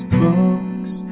books